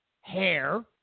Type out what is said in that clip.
hair